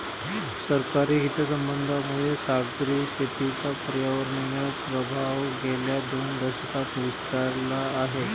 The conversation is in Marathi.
सरकारी हितसंबंधांमुळे सागरी शेतीचा पर्यावरणीय प्रभाव गेल्या दोन दशकांत विस्तारला आहे